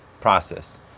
process